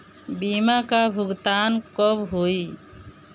बीमा का भुगतान कब होइ?